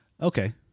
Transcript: Okay